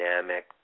dynamic